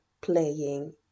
playing